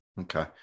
Okay